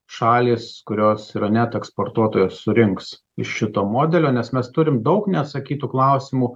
šalys kurios yra net eksportuotojos surinks iš šito modelio nes mes turim daug neatsakytų klausimų